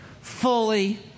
fully